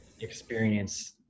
experience